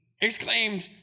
Exclaimed